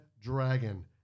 dragon